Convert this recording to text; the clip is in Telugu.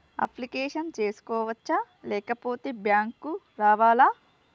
అప్లికేషన్ చేసుకోవచ్చా లేకపోతే బ్యాంకు రావాలా?